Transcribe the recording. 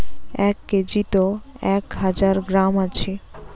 এক কেজিত এক হাজার গ্রাম আছি